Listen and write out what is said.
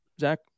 Zach